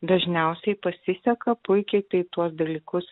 dažniausiai pasiseka puikiai tai tuos dalykus